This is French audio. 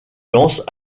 lancent